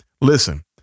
Listen